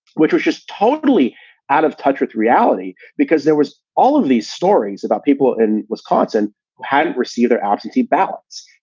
which was just totally out of touch with reality because there was all of these stories about people in wisconsin who hadn't received their absentee ballots.